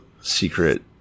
secret